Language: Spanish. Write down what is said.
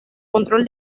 control